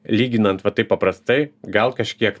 lyginant va taip paprastai gal kažkiek